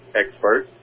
expert